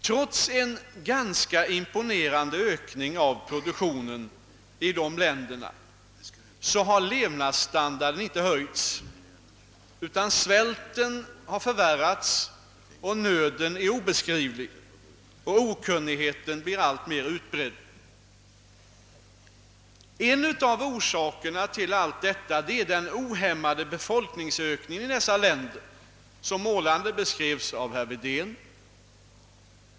Trots en ganska imponerande ökning av produktionen i dessa länder har levnådsstandarden inte höjts utan svälten har förvärrats, nöden är obeskrivlig och okunnigheten blir alltmer utbredd. ' En av orsakerna till allt detta är den ohämmade befolkningsökningen i dessa länder, som målande beskrevs av herr Wedén.